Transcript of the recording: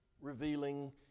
revealing